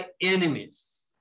Enemies